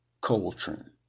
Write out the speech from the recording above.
Coltrane